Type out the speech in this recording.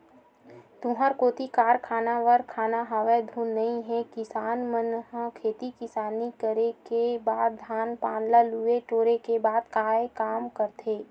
तुँहर कोती कारखाना वरखाना हवय धुन नइ हे किसान मन ह खेती किसानी करे के बाद धान पान ल लुए टोरे के बाद काय काम करथे?